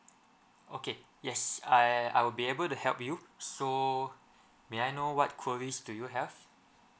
okay yes I I will be able to help you so may I know what queries do you have